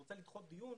שרוצה לדחות דיון,